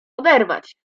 oderwać